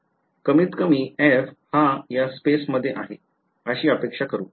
कमीतकमी f हा या स्पॅसे मध्ये आहे अशी अपेक्षा करू